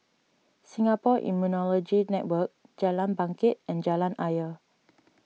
Singapore Immunology Network Jalan Bangket and Jalan Ayer